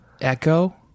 echo